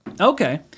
Okay